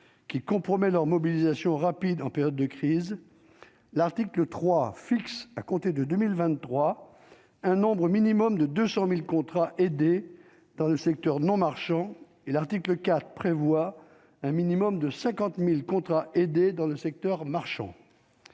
qui compromet leur mobilisation rapide en période de crise, l'article 3 fixe à compter de 2023 un nombre minimum de 200000 contrats aidés dans le secteur non marchand et l'article 4 prévoit un minimum de 50000 contrats aidés dans le secteur marchand,